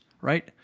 Right